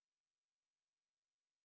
oh no I did something